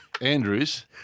Andrews